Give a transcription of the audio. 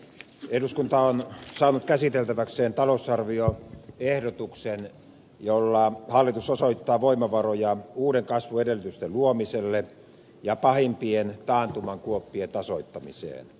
eduskunta on saanut käsiteltäväkseen talousarvioehdotuksen jolla hallitus osoittaa voimavaroja uuden kasvun edellytysten luomiseen ja pahimpien taantuman kuoppien tasoittamiseen